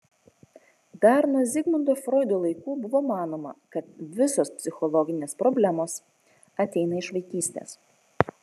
dar nuo zigmundo froido laikų buvo manoma kad visos psichologinės problemos ateina iš vaikystės